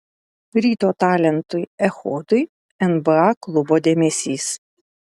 ryto talentui echodui nba klubo dėmesys